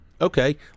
Okay